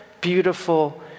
beautiful